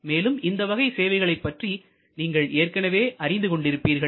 மேலும் இந்த வகை சேவைகளை பற்றி நீங்கள் ஏற்கனவே அறிந்து கொண்டிருப்பீர்கள்